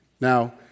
Now